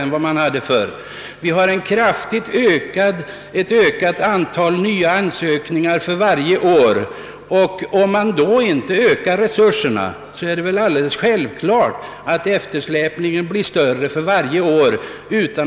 Antalet ansökningar stiger samtidigt kraftigt för varje år. Om man då inte ökar resurserna är det självklart att eftersläpningen blir större för varje år.